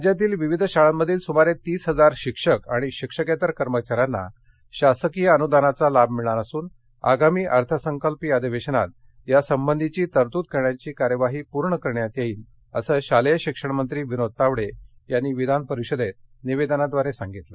राज्यातील विविध शाळामधील सुमारे तीस हजार शिक्षक आणि शिक्षकेतर कर्मचाऱ्यांना शासकीय अनुदानाचा लाभ मिळणार असून आगामी अर्थसंकल्पीय अधिवेशनात यासंबंधीची तरतूद करण्याची कार्यवाही पूर्ण करण्यात येईल असं शालेय शिक्षणमंत्री विनोद तावडे यांनी विधानपरिषदेत निवेदनाद्वारे सांगितलं